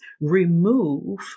remove